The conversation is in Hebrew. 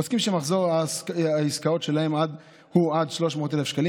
עוסקים שמחזור העסקאות שלהם הוא עד 300,000 שקלים